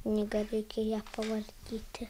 knyga reikia ją pavartyti